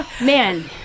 man